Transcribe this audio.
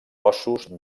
ossos